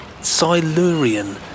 Silurian